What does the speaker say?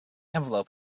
envelope